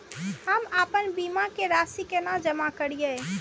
हम आपन बीमा के राशि केना जमा करिए?